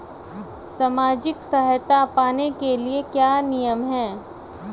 सामाजिक सहायता पाने के लिए क्या नियम हैं?